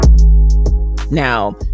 Now